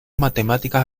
matemáticas